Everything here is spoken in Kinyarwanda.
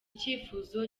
cyifuzo